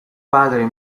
padre